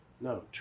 No